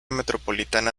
metropolitana